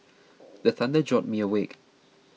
the thunder jolt me awake